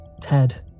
Ted